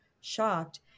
shocked